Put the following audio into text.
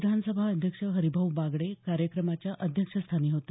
विधानसभा अध्यक्ष हरिभाऊ बागडे कार्यक्रमाच्या अध्यक्षस्थानी होते